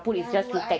yang dua alam